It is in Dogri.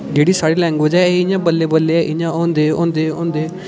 जेह्ड़ी साढ़ी लैंग्विज ऐ एह् इ'यां बल्लें बल्लें इ'यां होंदे होंदे होंदे